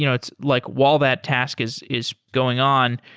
you know it's like while that task is is going on,